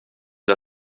der